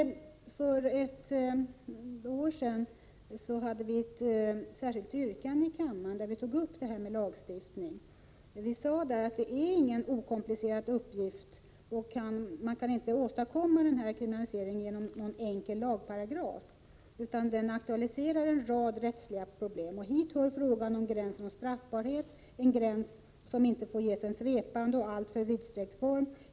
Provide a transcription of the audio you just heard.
För ett år sedan hade vi ett särskilt yrkande i kammaren där vi tog upp frågan om lagstiftning. Vi sade där att det inte är någon okomplicerad uppgift och att man inte kan åstadkomma en kriminalisering genom någon enkel lagparagraf. Den aktualiserar en rad rättsliga problem. Hit hör frågan om gränsen för straffbarhet, en gräns som inte får ges en svepande och alltför vidsträckt form.